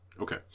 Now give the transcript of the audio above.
okay